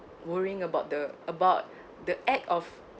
worrying about the about the act of